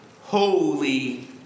holy